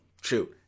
shoot